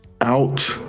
out